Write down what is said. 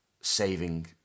saving